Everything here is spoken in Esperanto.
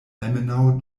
almenaŭ